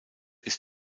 ist